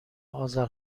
اذر